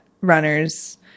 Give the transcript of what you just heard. runners